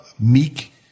meek